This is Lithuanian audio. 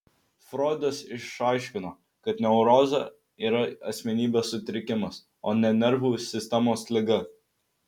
froidas išaiškino kad neurozė yra asmenybės sutrikimas o ne nervų sistemos liga